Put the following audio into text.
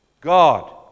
God